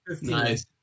Nice